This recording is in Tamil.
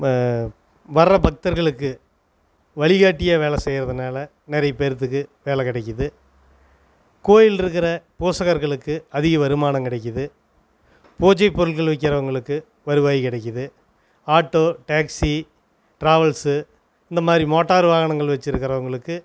இப்போ வர்ற பக்தர்களுக்கு வழிகாட்டியாக வேலை செய்கிறதுனால நிறைய பேருத்துக்கு வேலை கிடைக்குது கோவில் இருக்கிற போஷகர்களுக்கு அதிக வருமானம் கிடைக்குது பூஜைப் பொருள்கள் விற்கிறவுங்களுக்கு வருவாய் கிடைக்குது ஆட்டோ டாக்ஸி டிராவல்ஸு இந்த மாதிரி மோட்டார் வாகனங்கள் வச்சுருக்குறவுங்களுக்கு